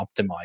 optimized